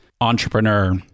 entrepreneur